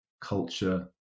culture